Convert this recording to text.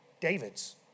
David's